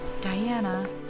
Diana